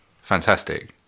fantastic